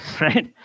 right